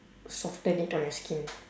soften it on your skin